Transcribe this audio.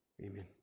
Amen